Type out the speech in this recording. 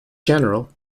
general